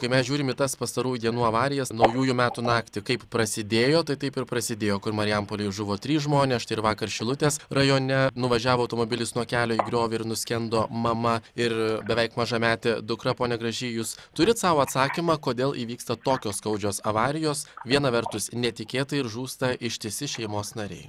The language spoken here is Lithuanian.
kai mes žiūrim į tas pastarųjų dienų avarijas naujųjų metų naktį kaip prasidėjo tai taip ir prasidėjo kur marijampolėj žuvo trys žmonės štai ir vakar šilutės rajone nuvažiavo automobilis nuo kelio į griovį ir nuskendo mama ir beveik mažametė dukra pone gražy jūs turit sau atsakymą kodėl įvyksta tokios skaudžios avarijos viena vertus netikėtai ir žūsta ištisi šeimos nariai